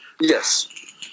Yes